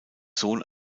sohn